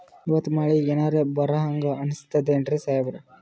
ಇವತ್ತ ಮಳಿ ಎನರೆ ಬರಹಂಗ ಅನಿಸ್ತದೆನ್ರಿ ಸಾಹೇಬರ?